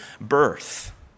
birth